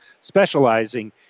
specializing